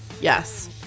Yes